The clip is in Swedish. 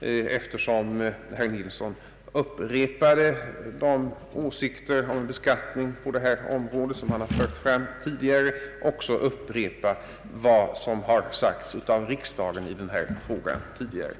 Eftersom herr Nilsson upprepade de åsikter om beskattning på det här området som han fört fram tidigare, har jag velat upprepa också vad riksdagen tidigare har sagt i frågan.